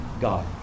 God